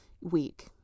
week